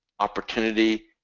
Opportunity